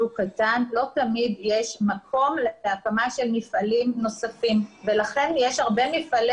שוק קטן ולא תמיד יש מקום להקמה של מפעלים נוספים ולכן יש הרבה מפעלי